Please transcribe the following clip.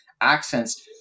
accents